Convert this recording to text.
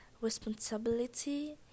responsibility